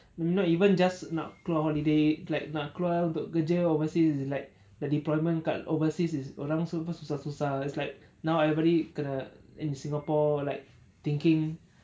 not even just nak keluar holiday like nak keluar untuk kerja overseas is like the deployment kat overseas is orang semua susah susah is like now everybody kena in singapore like thinking